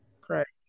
Correct